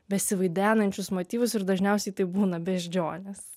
besivaidenančius motyvus ir dažniausiai tai būna beždžionės